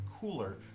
cooler